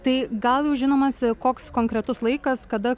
tai gal jau žinomas koks konkretus laikas kada